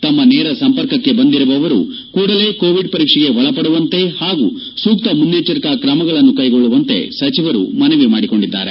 ತಮ್ಮ ನೇರ ಸಂಪರ್ಕಕ್ಕೆ ಬಂದಿರುವವರು ಕೂಡಲೇ ಕೋವಿಡ್ ಪರೀಕ್ಷೆಗೆ ಒಳಪಡುವಂತೆ ಹಾಗೂ ಸೂಕ್ತ ಮುನ್ನೆಜ್ಜರಿಕಾ ಕ್ರಮಗಳನ್ನು ಕೈಗೊಳ್ಳುವಂತೆ ಸಚಿವರು ಮನವಿ ಮಾಡಿಕೊಂಡಿದ್ದಾರೆ